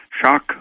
Shock